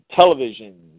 television